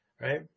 right